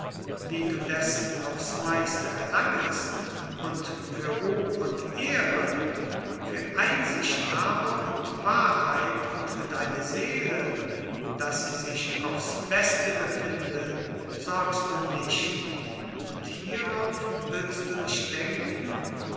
wie du dessen aufs meiste erlangest und für ruhm und ehre für einsicht aber und wahrheit und für deine seele daß sie sich aufs beste befinde sorgst du nicht und hierauf willst du nicht denken